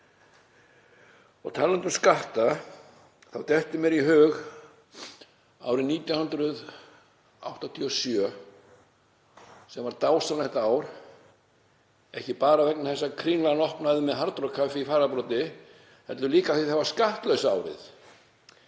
Og talandi um skatta þá dettur mér í hug árið 1987, sem var dásamlegt ár, ekki bara vegna þess að Kringlan opnaði með Hard Rock Café í fararbroddi, heldur líka því að það var skattlausa árið.